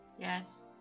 Yes